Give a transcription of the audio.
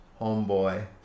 homeboy